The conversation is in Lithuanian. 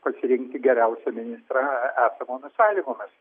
pasirinkti geriausią ministrą esamomis sąlygomis